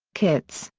kitz,